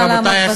נא לעמוד בזמן.